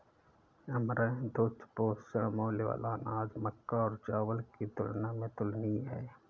amaranth उच्च पोषण मूल्य वाला अनाज मक्का और चावल की तुलना में तुलनीय है